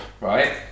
right